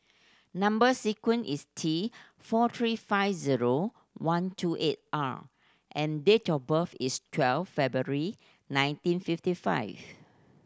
number sequence is T four three five zero one two eight R and date of birth is twelve February nineteen fifty five